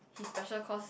he's special cause